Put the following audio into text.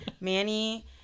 Manny